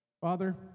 Father